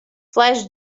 flash